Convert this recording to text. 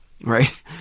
Right